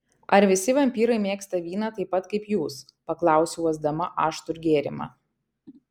ar visi vampyrai mėgsta vyną taip pat kaip jūs paklausiau uosdama aštrų gėrimą